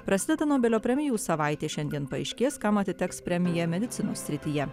prasideda nobelio premijų savaitė šiandien paaiškės kam atiteks premija medicinos srityje